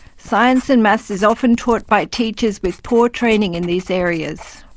science and maths is often taught by teachers with poor training in these areas.